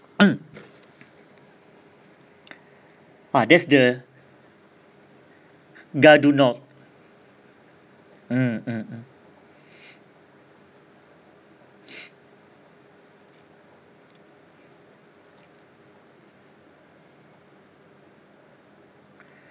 mm ah that's the gare du nord mm mm mm